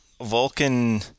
Vulcan